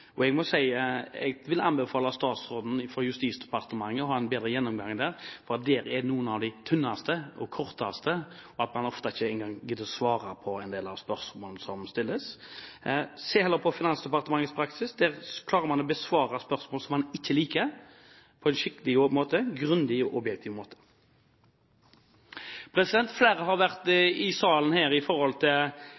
Jeg vil anbefale statsråden fra Justisdepartementet å ha en bedre gjennomgang, for her er noen av de tynneste og korteste svarene, og ofte gidder man ikke engang å svare på en del av spørsmålene som stilles. Se heller på Finansdepartementets praksis – der klarer man å besvare spørsmål som man ikke liker, på en skikkelig, grundig og objektiv måte. Flere har